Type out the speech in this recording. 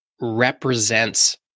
represents